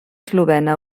eslovena